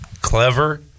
clever